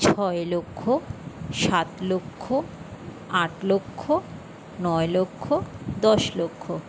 ছয় লক্ষ সাত লক্ষ আট লক্ষ নয় লক্ষ দশ লক্ষ